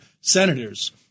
senators